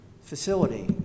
facility